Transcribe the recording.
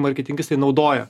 marketingistai naudoja